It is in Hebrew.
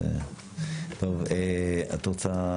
את רוצה?